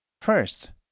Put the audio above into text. First